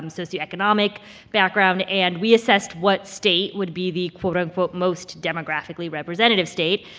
um socioeconomic background and we assessed what state would be the quote-unquote most demographically representative state.